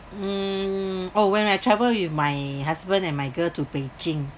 mm oh when I travelled with my husband and my girl to beijing